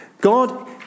God